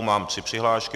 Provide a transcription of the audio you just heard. Mám tři přihlášky.